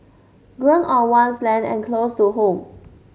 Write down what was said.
grown on one's land and close to home